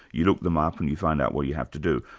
you look them up and you find out what you have to do,